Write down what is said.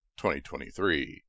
2023